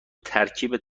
ترکیب